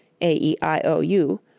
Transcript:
A-E-I-O-U